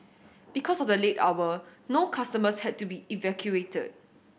because of the late hour no customers had to be evacuated